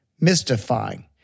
mystifying